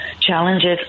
challenges